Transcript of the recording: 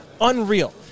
Unreal